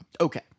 Okay